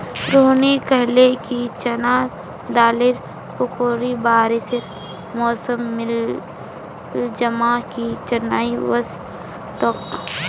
रोहिनी कहले कि चना दालेर पकौड़ी बारिशेर मौसमत मिल ल मजा कि चनई वस तोक